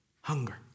hunger